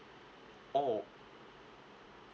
oh